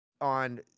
on